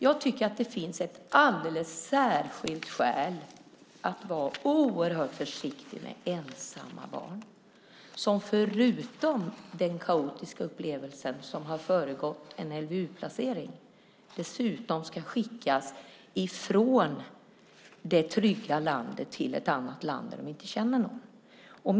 Jag tycker att det finns ett alldeles särskilt skäl att vara oerhört försiktig med ensamma barn. Förutom att de haft den kaotiska upplevelse som föregått en LVU-placering ska de dessutom skickas ifrån det trygga landet till ett annat land där de inte känner någon.